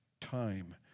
time